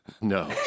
No